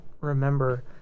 remember